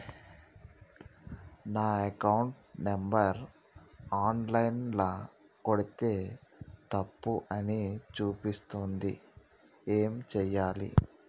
నా account number online ల కొడ్తే తప్పు అని చూపిస్తాంది ఏం చేయాలి?